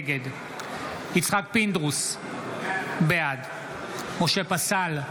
נגד יצחק פינדרוס, בעד משה פסל,